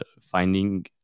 finding